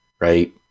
right